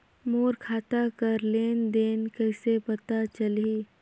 मोर खाता कर लेन देन कइसे पता चलही?